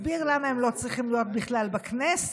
מסביר למה הם לא צריכים להיות בכלל בכנסת,